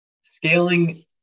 scaling